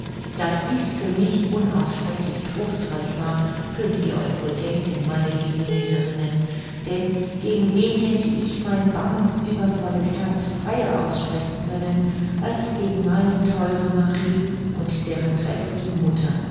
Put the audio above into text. daß dies für mich unaussprechlich trostreich war könnt ihr euch wohl denken meine lieben leserinnen denn gegen wen hätte ich mein banges übervolles herz freier aussprechen können als gegen meine theure marie und deren treffliche mutter